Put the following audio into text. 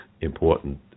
important